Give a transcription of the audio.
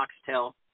oxtail